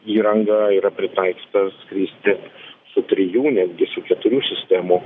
įranga yra pritaikyta skristi su trijų netgi su keturių sistemų